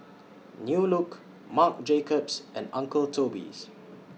New Look Marc Jacobs and Uncle Toby's